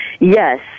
Yes